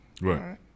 Right